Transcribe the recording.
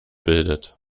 bildet